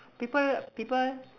people people